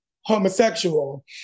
homosexual